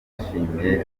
yanashimiye